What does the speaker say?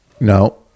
no